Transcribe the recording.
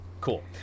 Cool